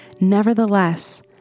Nevertheless